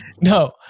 no